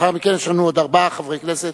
לאחר מכן יש לנו עוד ארבעה חברי כנסת.